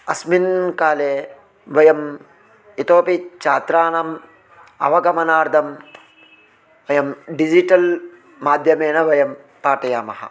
अस्मिन् काले वयम् इतोपि छात्राणाम् अवगमनार्थं वयं डिजिटल् माध्यमेन वयं पाठयामः